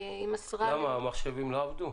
למה, המחשבים לא עבדו?